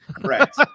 Right